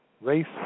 Race